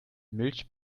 milch